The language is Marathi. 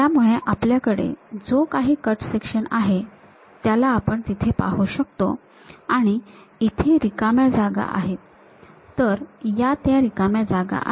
त्यामुळे आपल्याकडे जो काही कट सेक्शन आहे त्याला आपण तिथे पाहू शकतो आणि इथे रिकाम्या जागा आहेत तर या त्या रिकाम्या जागा आहेत